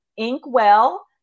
Inkwell